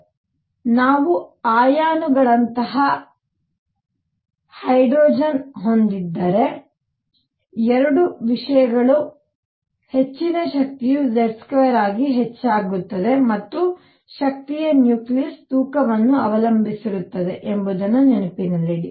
ಆದ್ದರಿಂದ ನಾವು ಅಯಾನುಗಳಂತಹ ಹೈಡ್ರೋಜನ್ ಹೊಂದಿದ್ದರೆ 2 ವಿಷಯಗಳು ಹೆಚ್ಚಿನ ಶಕ್ತಿಯು Z2 ಆಗಿ ಹೆಚ್ಚಾಗುತ್ತದೆ ಮತ್ತು ಶಕ್ತಿಯು ನ್ಯೂಕ್ಲಿಯಸ್ ತೂಕವನ್ನು ಅವಲಂಬಿಸಿರುತ್ತದೆ ಎಂಬುದನ್ನು ನೆನಪಿನಲ್ಲಿಡಿ